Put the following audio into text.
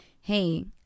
Hey